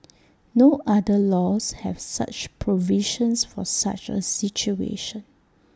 no other laws have such provisions for such A situation